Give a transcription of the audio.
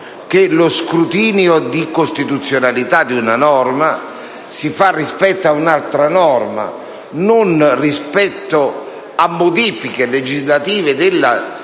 che lo scrutinio di costituzionalità di una norma si fa rispetto ad un'altra norma e non rispetto a modifiche legislative della